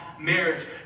marriage